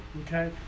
Okay